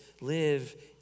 live